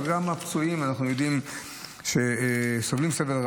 אז אנחנו יודעים שגם הפצועים סובלים סבל,